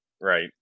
Right